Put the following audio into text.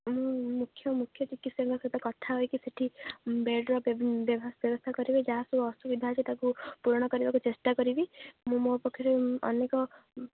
ମୁଁ ମୁଖ୍ୟ ମୁଖ୍ୟ ଚିକିତ୍ସାଙ୍କ ସହିତ କଥା ହେଇକି ସେଇଠି ବେଡ଼ର ବ୍ୟବସ୍ଥା କରିବି ଯାହା ସବୁ ଅସୁବିଧା ଅଛି ତା'କୁ ପୂରଣ କରିବାକୁ ଚେଷ୍ଟା କରିବି ମୁଁ ମୋ ପକ୍ଷରେ ଅନେକ